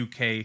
uk